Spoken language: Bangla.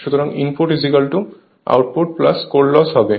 সুতরাং ইনপুট আউটপুট কোর লস হবে